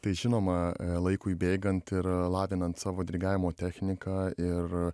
tai žinoma laikui bėgant ir lavinant savo dirigavimo techniką ir